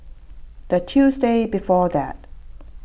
the Tuesday before that